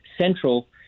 central